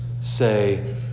say